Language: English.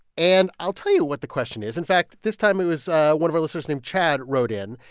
and i'll tell you what the question is. in fact, this time it was one of our listeners named chad wrote in.